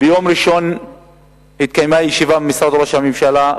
ביום ראשון התקיימה ישיבה במשרד ראש הממשלה,